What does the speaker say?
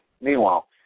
Meanwhile